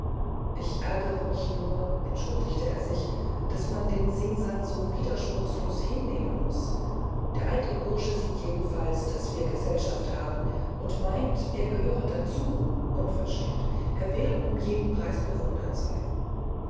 ich ärgere mich nur entschuldigte er sich daß man den singsang so widerspruchslos hinnehmen muß der eitle bursch sieht jedenfalls daß wir gesellschaft haben und meint er gehöre auch dazu unverschämt er will um jeden preis bewundert sein